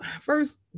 first